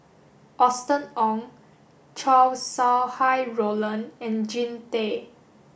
Austen Ong Chow Sau Hai Roland and Jean Tay